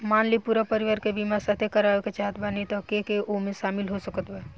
मान ली पूरा परिवार के बीमाँ साथे करवाए के चाहत बानी त के के ओमे शामिल हो सकत बा?